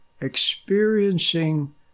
experiencing